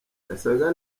yasaga